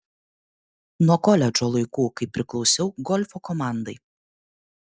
nuo koledžo laikų kai priklausiau golfo komandai